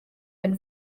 been